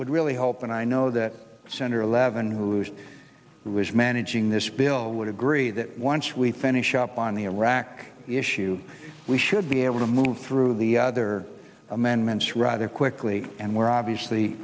would really help and i know that senator levin rouged wish managing this bill would agree that once we finish up on the iraq issue we should be able to move through the other amendments rather quickly and we're obviously